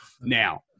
Now